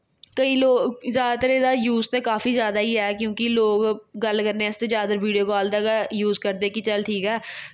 कोई लोक जादातर एह्दा यूज ते काफी जादा ही ऐ क्योंकि लोग गल्ल करने आस्तै जादातर वीडियो कॉल दा गै यूज करदे कि चल ठीक ऐ